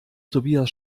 tobias